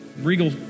Regal